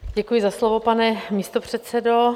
Děkuji za slovo, pane místopředsedo.